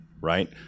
Right